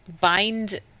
bind